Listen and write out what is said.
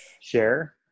share